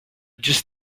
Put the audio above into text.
just